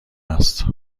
است